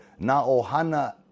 Naohana